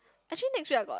actually next week I got